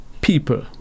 people